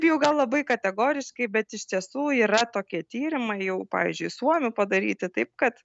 jau gal labai kategoriškai bet iš tiesų yra tokie tyrimai jau pavyzdžiui suomių padaryti taip kad